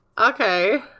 Okay